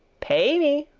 pay me,